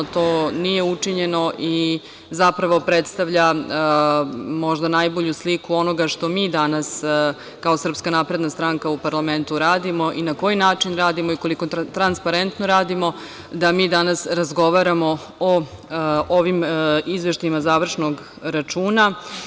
To nije učinjeno i zapravo predstavlja možda najbolju sliku onoga što mi danas, kao SNS u parlamentu radimo i na koji način radimo i koliko transparentno radimo da mi danas razgovaramo o ovim izveštajima završnog računa.